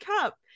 Cup